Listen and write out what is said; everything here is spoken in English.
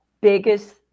biggest